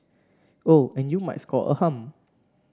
oh and you might score a hum